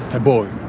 a boy.